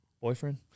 Boyfriend